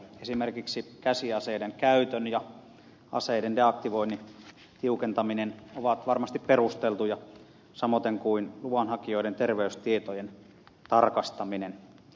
esimerkiksi käsiaseiden käytön ja aseiden deaktivoinnin tiukentaminen ovat varmasti perusteltuja samoiten kuin luvanhakijoiden terveystietojen tarkastaminen